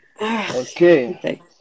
Okay